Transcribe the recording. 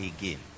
again